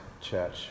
church